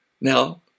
Now